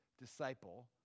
disciple